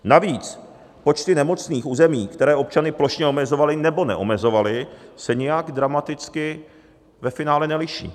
Navíc počty nemocných v území, které občany plošně omezovaly, nebo neomezovaly, se nijak dramaticky ve finále neliší.